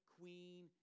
Queen